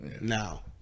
now